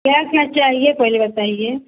क्या क्या चाहिए पहले बताइए